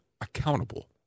accountable